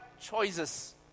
choices